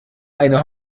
eine